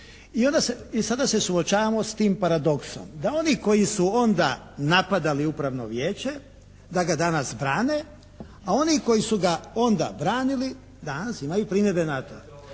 i sada se suočavamo s tim paradoksom da oni koji su onda napadali upravno vijeće da ga danas brane, a oni koji su ga onda branili danas imaju primjedbe na to.